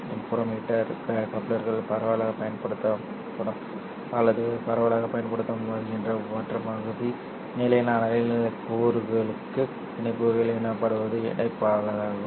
interferometer கப்ளர்கள் பரவலாகப் பயன்படுத்தப்படும் அல்லது பரவலாகப் பயன்படுத்தப்படுகின்ற மற்ற பகுதி நிலையான அலைநீள குறுக்கு இணைப்புகள் எனப்படுவதை இணைப்பதாகும்